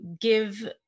give